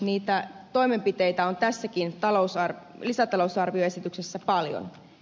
niitä toimenpiteitä on tässäkin lisätalousarvioesityksessä paljon